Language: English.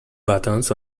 buttons